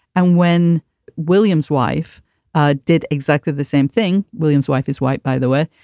and when william's wife ah did exactly the same thing. william's wife is white, by the way.